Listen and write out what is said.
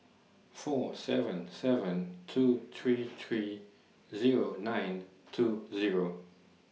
four seven seven two three three Zero nine two Zero